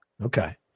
Okay